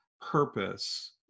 purpose